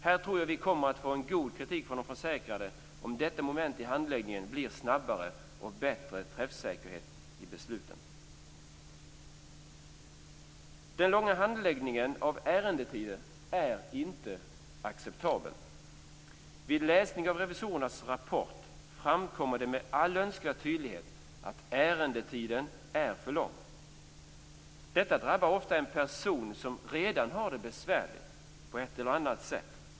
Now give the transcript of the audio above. Här tror jag att vi kommer att få god kritik från de försäkrade om detta moment i handläggningen blir snabbare och om det blir högre träffsäkerhet i besluten. Den långa handläggningen av ärendetiden är inte acceptabel. Vid läsning av revisorernas rapport framkommer det med all önskvärd tydlighet att ärendetiden är för lång. Detta drabbar ofta personer som redan har det besvärligt på ett eller annat sätt.